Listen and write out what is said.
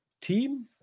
team